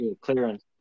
Clearance